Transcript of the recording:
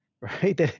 right